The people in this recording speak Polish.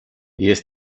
jak